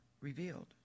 revealed